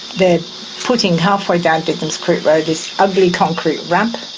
they're putting halfway down dignams creek road this ugly concrete ramp,